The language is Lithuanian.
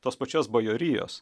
tos pačios bajorijos